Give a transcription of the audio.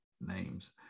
names